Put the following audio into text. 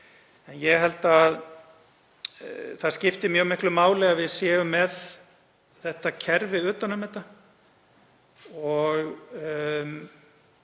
En ég held að það skipti mjög miklu máli að við séum með þetta kerfi utan um þetta og